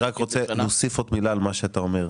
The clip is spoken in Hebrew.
אני רוצה להוסיף עוד מילה על מה שאתה אומר.